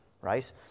right